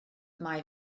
mae